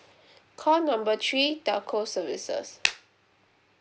call number three telco services